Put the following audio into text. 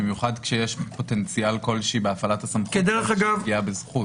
במיוחד כשיש פוטנציאל כלשהו בהפעלת הסמכויות פגיעה בזכות.